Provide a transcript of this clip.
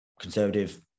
conservative